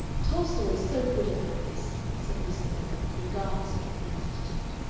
tolstoy is so good about this, said miss miniver, regardless of her friend's attitude.